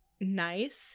nice